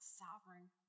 sovereign